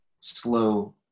slow